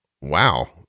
wow